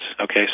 okay